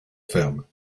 ferme